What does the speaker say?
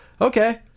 Okay